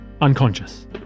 Unconscious